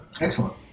excellent